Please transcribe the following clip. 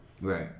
Right